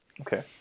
Okay